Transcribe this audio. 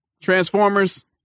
Transformers